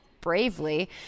bravely